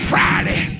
Friday